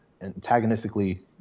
antagonistically